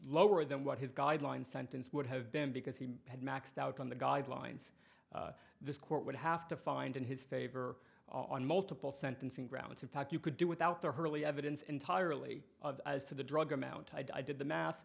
lower than what his guideline sentence would have been because he had maxed out on the guidelines this court would have to find in his favor on multiple sentencing grounds to talk you could do without the hurly evidence entirely as to the drug amount i did the math